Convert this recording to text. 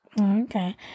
okay